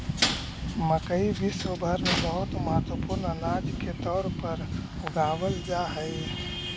मकई विश्व भर में बहुत महत्वपूर्ण अनाज के तौर पर उगावल जा हई